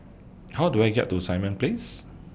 How Do I get to Simon Place